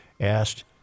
asked